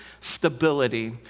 stability